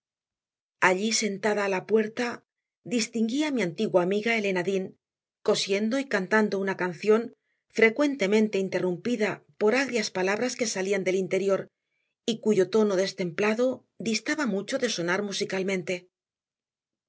allí sentada a la puerta distinguí a mi antigua amiga elena dean cosiendo y cantando una canción frecuentemente interrumpida por agrias palabras que salían del interior y cuyo tono destemplado distaba mucho de sonar musicalmente